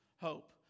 Hope